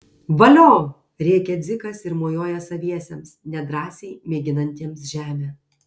valio rėkia dzikas ir mojuoja saviesiems nedrąsiai mėginantiems žemę